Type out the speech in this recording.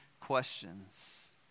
questions